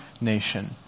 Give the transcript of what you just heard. nation